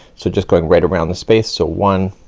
so just going right around the space. so one